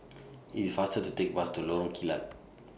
It's faster to Take The Bus to Lorong Kilat